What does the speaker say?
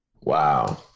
Wow